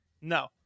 No